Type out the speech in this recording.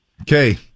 Okay